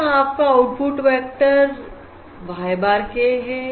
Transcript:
यह आप output vector y bar k है